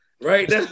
right